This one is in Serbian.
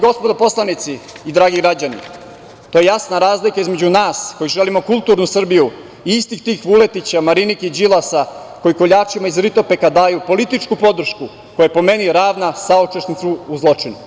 Gospodo poslanici i dragi građani, ta jasna razlika između nas koji želimo kulturnu Srbiju i istih tih Vuletića, Marinike i Đilasa koji koljačima iz Ritopeka daju političku podršku koja je po meni radna saučesnicima u zločinu.